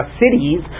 cities